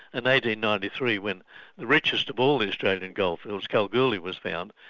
and ninety ninety three when the richest of all the australian and goldfields, kalgoorlie, was found,